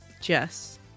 Jess